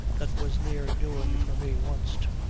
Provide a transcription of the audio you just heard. that was near doin' for me wanst.